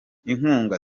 inkunga